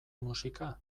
musika